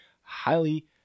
Highly